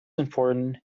important